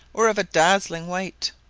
or of a dazzling white,